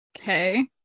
Okay